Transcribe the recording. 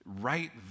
right